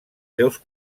seus